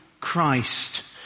Christ